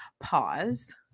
pause